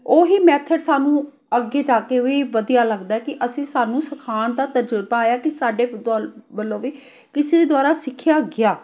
ਉਹ ਹੀ ਮੈਥਡ ਸਾਨੂੰ ਅੱਗੇ ਜਾ ਕੇ ਵੀ ਵਧੀਆ ਲੱਗਦਾ ਕਿ ਅਸੀਂ ਸਾਨੂੰ ਸਿਖਾਉਣ ਦਾ ਤਜਰਬਾ ਆਇਆ ਕਿ ਸਾਡੇ ਵੱਲੋਂ ਵੀ ਕਿਸੇ ਦੁਆਰਾ ਸਿੱਖਿਆ ਗਿਆ